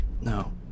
no